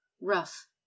rough